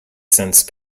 since